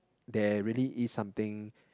there really is something